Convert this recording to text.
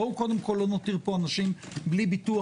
בוא קודם כל לא נותיר פה אנשים בלי ביטוח